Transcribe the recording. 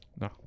No